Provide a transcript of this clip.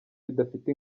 bidafite